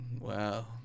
Wow